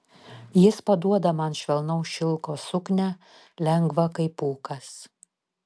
jis paduoda man švelnaus šilko suknią lengvą kaip pūkas